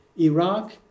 Iraq